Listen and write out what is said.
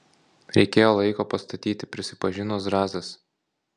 reikėjo laiko pastatyti prisipažino zrazas